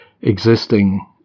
existing